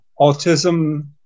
autism